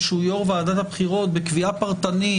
שהוא יושב-ראש ועדת הבחירות בקביעה פרטנית?